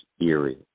eerie